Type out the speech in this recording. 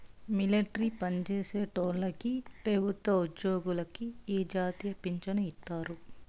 military పన్జేసేటోల్లకి పెబుత్వ ఉజ్జోగులకి ఈ జాతీయ పించను ఇత్తారు